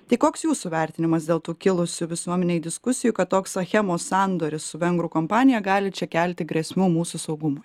tai koks jūsų vertinimas dėl to kilusių visuomenei diskusijų kad toks achemos sandoris su vengrų kompanija gali čia kelti grėsmių mūsų saugumui